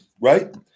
Right